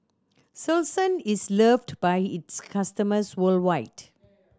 Selsun is loved by its customers worldwide